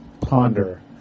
ponder